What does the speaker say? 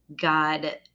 God